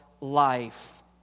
life